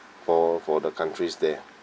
for for the countries there